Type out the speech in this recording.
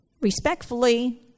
respectfully